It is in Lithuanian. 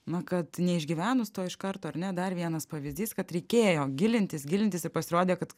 na kad neišgyvenus to iš karto ar ne dar vienas pavyzdys kad reikėjo gilintis gilintis ir pasirodė kad